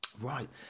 right